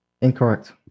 Incorrect